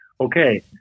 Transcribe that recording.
Okay